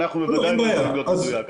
אנחנו בוודאי לא יכולים להיות מדויקים.